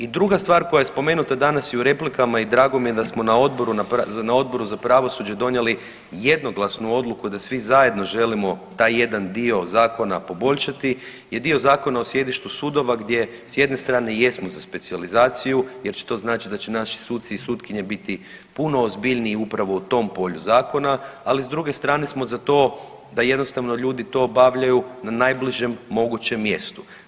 I druga stvar koja je spomenuta dana i u replikama i drago mi je da smo na Odboru za pravosuđe donijeli jednoglasnu odluku da svi zajedno želimo taj jedan dio zakona poboljšati je dio zakona o sjedištu sudova gdje s jedne strane jesmo za specijalizaciju jer će to značiti da će naši suci i sutkinje biti puno ozbiljniji upravo u tom polju zakona, ali s druge strane smo za to da jednostavno ljudi to obavljaju na najbližem mogućem mjestu.